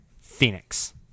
Phoenix